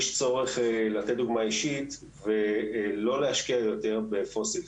יש צורך לתת דוגמא אישית ולא להשקיע יותר ב-Fossifieds.